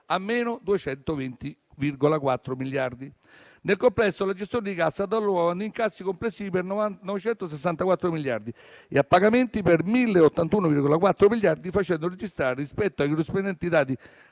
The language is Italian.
a -220,4 miliardi. Nel complesso, la gestione di cassa ha dato luogo ad incassi complessivi per 964 miliardi e a pagamenti per 1081,4 miliardi, facendo registrare, rispetto ai corrispondenti dati